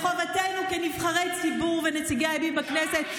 מחובתנו כנבחרי ציבור ונציגי הימין בכנסת,